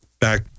back